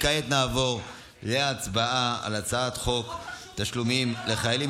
כעת נעבור להצבעה על הצעת חוק תשלומים לחיילים